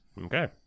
Okay